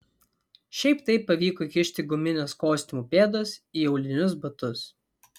šiaip taip pavyko įkišti gumines kostiumų pėdas į aulinius batus